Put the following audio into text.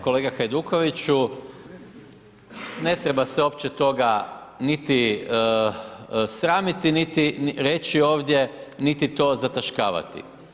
Kolega Hajdukoviću, ne treba se uopće toga niti sramiti, niti reći ovdje, niti to zataškavati.